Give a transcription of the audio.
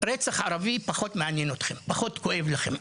ואומר שרצח ערבי פחות מעניין אתכם, פחות כואב לכם.